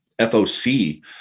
FOC